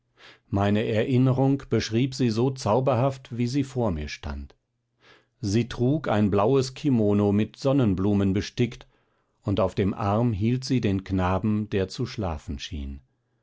meine erinnerung beschrieb sie so zauberhaft wie sie vor mir stand sie trug ein blaues kimono mit sonnenblumen bestickt und auf dem arm hielt sie den knaben der zu schlafen schien